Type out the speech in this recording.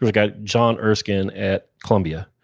was a guy, john erskine, at columbia,